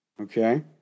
Okay